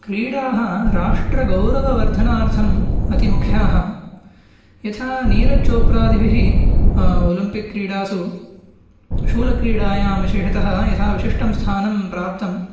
क्रीडाः राष्ट्रगौरववर्धनार्थम् अति मुख्याः यथा निरजचोप्रादिभिः ओलम्पिक् क्रीडासु शूलक्रीडायां विशेषतः यथा विशिष्टं स्थानं प्राप्तम्